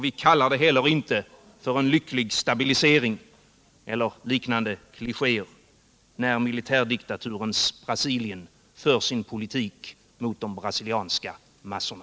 Vi använder inte heller uttryck som ”en lycklig stabilisering” eller liknande klichéer när militärdiktaturens Brasilien för sin politik mot de brasilianska massorna.